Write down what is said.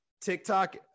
TikTok